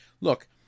Look